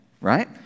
right